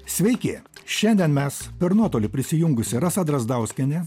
sveiki šiandien mes per nuotolį prisijungusi rasa drazdauskienė